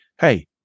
hey